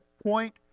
point